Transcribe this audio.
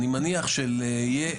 אני מניח שיהיה,